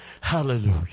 hallelujah